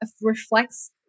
reflects